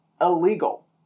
illegal